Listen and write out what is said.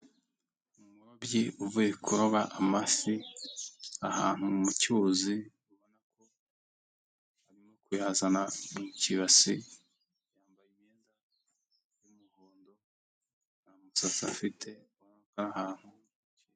Umurobyi uvuye kuroba amafi ahantu mu cyuzi, ubona ko arimo kuyazana mu ikibasi, yambaye imyenda y'umuhondo, nta musatsi afite.